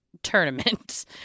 Tournament